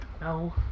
No